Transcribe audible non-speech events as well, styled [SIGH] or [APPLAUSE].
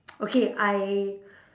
[NOISE] okay I